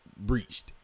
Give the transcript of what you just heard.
breached